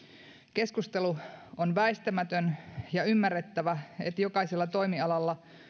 keskustelu on väistämätön ja on ymmärrettävä että jokaisella toimialalla